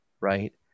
right